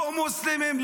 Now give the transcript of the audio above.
לא מוסלמים,